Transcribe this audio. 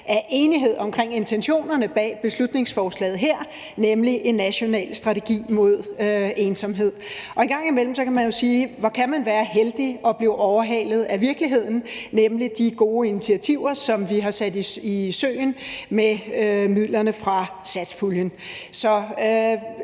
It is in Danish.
er enighed om intentionerne bag beslutningsforslaget her, nemlig en national strategi mod ensomhed. Og en gang imellem kan man jo sige, at man kan være heldig at blive overhalet af virkeligheden, nemlig de gode initiativer, som vi har sat i søen med midlerne fra satspuljen.